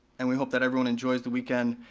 and we hope that everyone enjoys the weekend,